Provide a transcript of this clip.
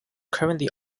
currently